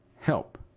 help